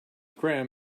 graham